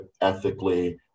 ethically